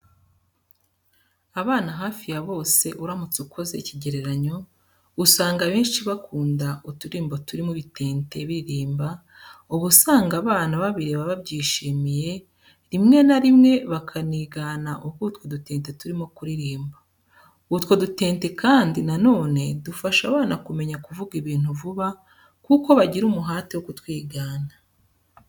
Abana hafi ya bose, uramutse ukoze ikigereranyo usanga abenshi bakunda uturirimbo turimo ibitente biririmba, uba usanga abana babireba babyishimiye rimwe na rimwe bakanigana uko utwo dutente turimo kuririmba. Utwo dutente kandi na none dufasha abana kumenya kuvuga ibintu vuba kuko bagira umuhate wo kutwigana.